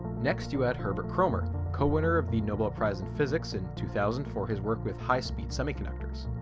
next you had herbert kroemer, co-winner of the nobel prize in physics in two thousand for his work with high speed semiconductors.